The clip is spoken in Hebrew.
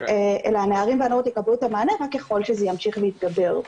אלא הנערים והנערות יקבלו את המענה רק ככל שזה ימשיך להתגבר.